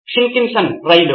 Shinkansen రైలు